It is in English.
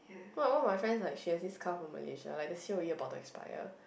wait one of my friends like she has this car from Malaysia like the C_O_E about to expire